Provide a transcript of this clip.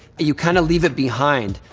you kind of leave it behind.